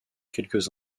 quelques